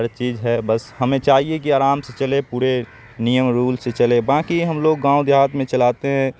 ہر چیز ہے بس ہمیں چاہیے کہ آرام سے چلے پورے نیم رول سے چلے باقی ہم لوگ گاؤں دیہات میں چلاتے ہیں